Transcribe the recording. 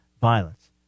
violence